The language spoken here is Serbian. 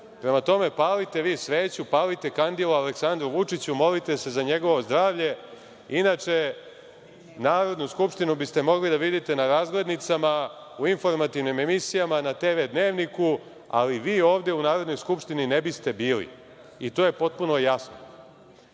Prema tome, palite vi sveću, palite kandila Aleksandru Vučiću, molite se za njegovo zdravlje, inače Narodnu skupštinu biste mogli da vidite na razglednicama, u informativnim emisijama, na TV dnevniku, ali vi ovde u Narodnoj skupštini ne biste bili i to je potpuno